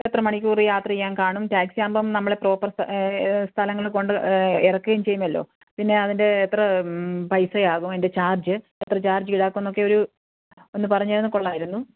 എത്ര മണിക്കൂറ് യാത്ര ചെയ്യാന് കാണും ടാക്സി ആകുമ്പം നമ്മൾ പ്രോപ്പെര് സ്ഥലം സ്ഥലങ്ങൾ കൊണ്ട് ഇറക്കുകയും ചെയ്യുമല്ലോ പിന്നെ അതിന്റെ എത്ര പൈസയാകും അതിന്റെ ചാര്ജ്ജ് എത്ര ചാര്ജീടാക്കും എന്നൊക്കെ ഒരു ഒന്നു പറഞ്ഞു തന്നാൽ കൊള്ളാമായിരുന്നു